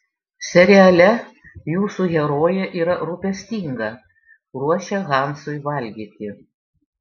seriale jūsų herojė yra rūpestinga ruošia hansui valgyti